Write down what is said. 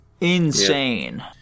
Insane